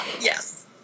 Yes